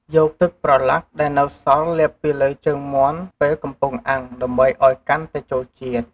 យកទឹកប្រឡាក់ដែលនៅសល់លាបពីលើជើងមាន់ពេលកំពុងអាំងដើម្បីឱ្យកាន់តែចូលជាតិ។